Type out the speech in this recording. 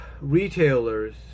retailers